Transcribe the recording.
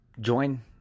join